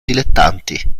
dilettanti